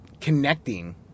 connecting